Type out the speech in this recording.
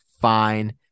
fine